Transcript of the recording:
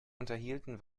unterhielten